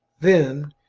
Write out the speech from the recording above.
then,